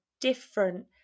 different